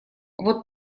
вот